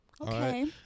Okay